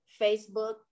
Facebook